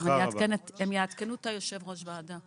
הם יעדכנו את יושב ראש הוועדה.